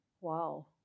Wow